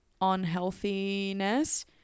unhealthiness